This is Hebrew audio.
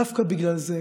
דווקא בגלל זה,